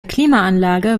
klimaanlage